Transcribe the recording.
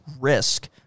risk